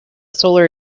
solar